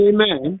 Amen